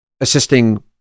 assisting